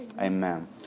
amen